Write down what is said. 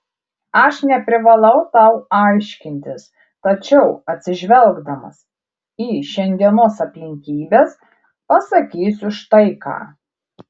aš neprivalau tau aiškintis tačiau atsižvelgdamas į šiandienos aplinkybes pasakysiu štai ką